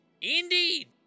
indeed